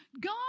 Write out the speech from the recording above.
God